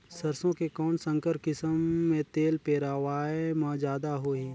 सरसो के कौन संकर किसम मे तेल पेरावाय म जादा होही?